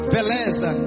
Beleza